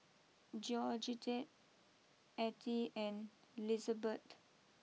Georgette Attie and Lizabeth